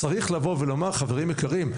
צריך לבוא ולומר: "חברים יקרים,